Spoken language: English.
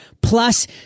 Plus